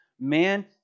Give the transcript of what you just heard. man